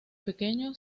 pequeño